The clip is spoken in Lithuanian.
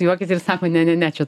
juokiasi ir sako ne ne ne čia